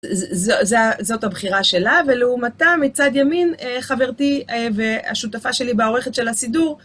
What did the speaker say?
זאת הבחירה שלה, ולעומתה, מצד ימין, חברתי והשותפה שלי והעורכת של הסידור,